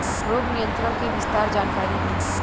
रोग नियंत्रण के विस्तार जानकारी दी?